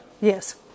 Yes